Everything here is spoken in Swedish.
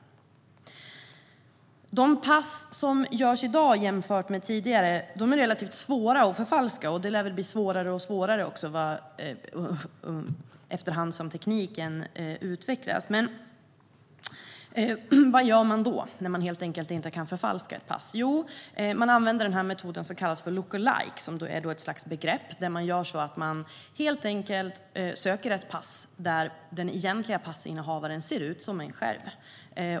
De pass som görs i dag är, jämfört med tidigare, relativt svåra att förfalska. Och det lär väl bli svårare och svårare efter hand som tekniken utvecklas. Vad gör man när man helt enkelt inte kan förfalska ett pass? Jo, man använder metoden som kallas för look-alike. Man söker helt enkelt ett pass där den egentliga passinnehavaren ser ut som en själv.